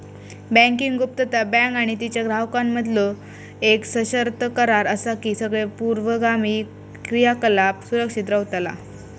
banking गुप्तता, bank आणि तिच्यो ग्राहकांमधीलो येक सशर्त करार असा की सगळे पूर्वगामी क्रियाकलाप सुरक्षित रव्हतला